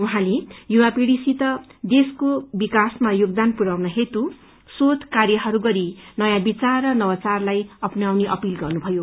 उहाँले युवापीड़ीसित देश विकासमा योगदान पुन्याउन हेतु शोध कार्यहरू गरी नयाँ विचार र नवचारलाई अपन्याउने अपील गर्नुभयो